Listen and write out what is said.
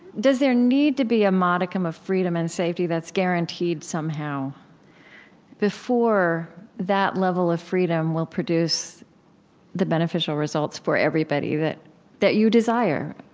does there need to be a modicum of freedom and safety that's guaranteed somehow before that level of freedom will produce the beneficial results for everybody that that you desire?